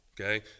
Okay